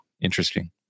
Interesting